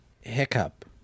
hiccup